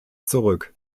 zurück